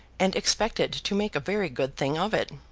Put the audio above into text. and expected to make a very good thing of it.